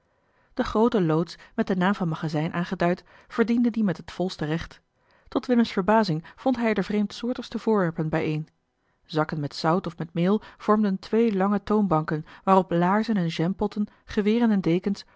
de grote loods met den naam van magazijn aangeduid verdiende dien met het volste recht tot willems verbazing vond hij er de vreemdsoortigste voorwerpen bijeen zakken met zout of met meel vormden twee lange toonbanken waarop laarzen en jampotten geweren en dekens